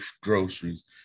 groceries